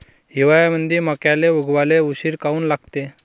हिवाळ्यामंदी मक्याले उगवाले उशीर काऊन लागते?